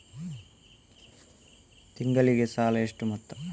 ತಿಂಗಳಿಗೆ ಸಾಲ ಎಷ್ಟು ಮೊತ್ತ?